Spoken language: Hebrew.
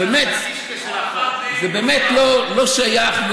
זה באמת לא שייך,